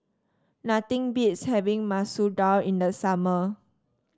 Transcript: nothing beats having Masoor Dal in the summer